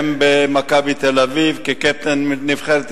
הן ב"מכבי תל-אביב" והן כקפטן נבחרת ישראל,